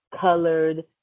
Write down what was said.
colored